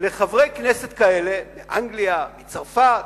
לחברי כנסת כאלה באנגליה, בצרפת,